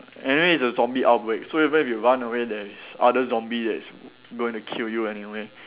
anyway it's a zombie outbreak so even if you run away there is other zombie that is going to kill you anyway